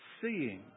Seeing